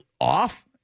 off